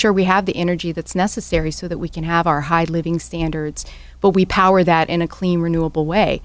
sure we have the energy that's necessary so that we can have our high living standards but we power that in a clean renewable way